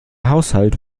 haushalt